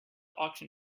auction